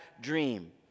dream